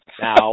Now